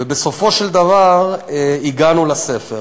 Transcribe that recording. ובסופו של דבר הגענו לספר.